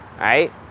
right